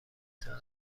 ساعت